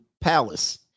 palace